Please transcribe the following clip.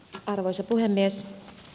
arvoisa puhemies